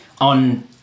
on